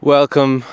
Welcome